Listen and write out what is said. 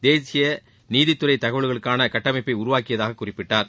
தேசிய நீதித்துறை தகவல்களுக்கான கட்டமைப்பை உருவாக்கியதாகக் குறிப்பிட்டார்